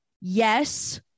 yes